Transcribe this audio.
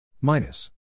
minus